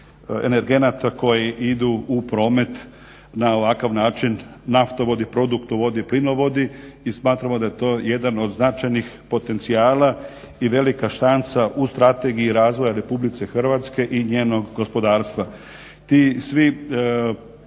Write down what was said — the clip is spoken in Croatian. energenata koje idu u promet na ovakav način naftovodi, produktovodi, plinovodi i smatramo da je to jedan od značajnih potencijala i velika šansa u Strategiji razvoja RH i njenog gospodarstva.